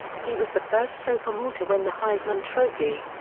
he was the first sophomore to win the heisman trophy.